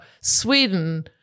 Sweden